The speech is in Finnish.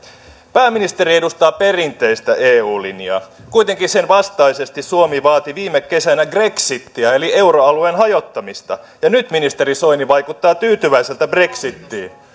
pääministeri edustaa perinteistä eu linjaa kuitenkin sen vastaisesti suomi vaati viime kesänä grexitiä eli euroalueen hajottamista ja nyt ministeri soini vaikuttaa tyytyväiseltä brexitiin